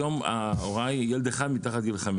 היום ההוראה היא ילד אחד מתחת לגיל חמש